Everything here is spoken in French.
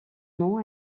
nom